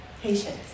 patience